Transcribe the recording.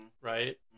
right